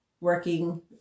working